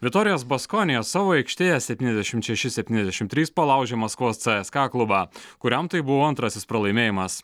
viktorijos baskonija savo aikštėje septyniasdešimt šeši septyniasdešimt trys palaužė maskvos cska klubą kuriam tai buvo antrasis pralaimėjimas